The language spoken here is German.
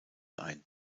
ein